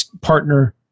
partner